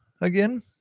again